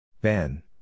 Ben